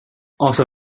also